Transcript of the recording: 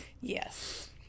Yes